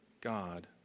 God